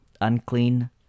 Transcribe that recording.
unclean